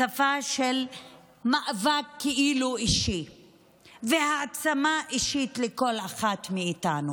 בשפה של מאבק כאילו אישי והעצמה אישית לכל אחת מאיתנו.